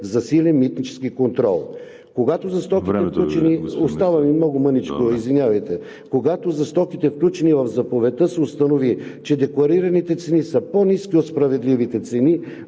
много мъничко, извинявайте. Когато за стоките, включени в заповедта, се установи, че декларираните цени са по-ниски от справедливите цени,